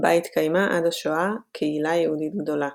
בה התקיימה עד השואה קהילה יהודית גדולה.